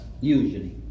usually